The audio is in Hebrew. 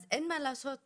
אז אין מה לעשות,